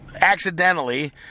accidentally